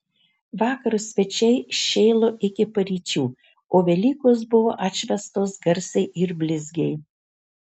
vakaro svečiai šėlo iki paryčių o velykos buvo atšvęstos garsiai ir blizgiai